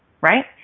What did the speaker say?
right